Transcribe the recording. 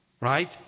Right